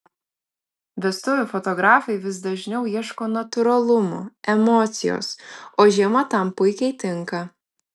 vestuvių fotografai vis dažniau ieško natūralumo emocijos o žiema tam puikiai tinka